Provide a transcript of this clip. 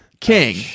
king